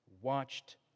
watched